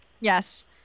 Yes